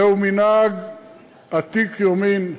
זהו מנהג עתיק יומין,